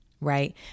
Right